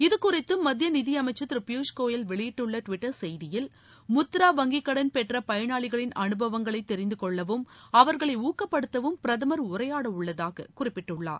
இது குறித்து மத்திய நிதியமைச்சர் திரு பியூஷ் கோயல் வெளியிட்டுள்ள டுவிட்டர் செய்தியில் முத்ரா வங்கிக்கடன் பெற்ற பயனாளிகளின் அனுபவங்களை தெரிந்து கொள்ளவும் அவர்களை ஊக்கப்படுத்தவும் பிரதமர் உரையாடவுள்ளதாக குறிப்பிட்டுள்ளார்